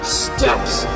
steps